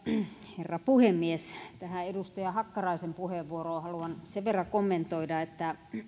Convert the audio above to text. herra puhemies tähän edustaja hakkaraisen puheenvuoroon haluan sen verran kommentoida että